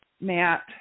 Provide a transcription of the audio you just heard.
Matt